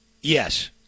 Yes